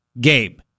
Gabe